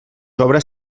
obres